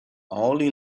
only